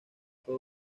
fue